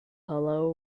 hello